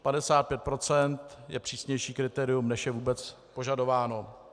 55 % je přísnější kritérium, než je vůbec požadováno.